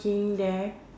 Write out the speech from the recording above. ~ing there